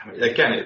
again